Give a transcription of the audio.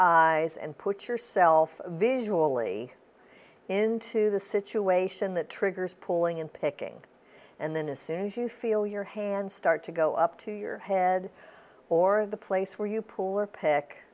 eyes and put yourself visually into the situation that triggers pulling in picking and then as soon as you feel your hands start to go up to your head or the place where you pull or pick